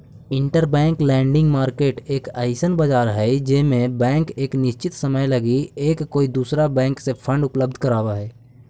interbank lending market एक अइसन बाजार हई जे में बैंक एक निश्चित समय लगी एक कोई दूसरा बैंक के फंड उपलब्ध कराव हई